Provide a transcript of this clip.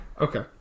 Okay